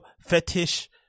fetish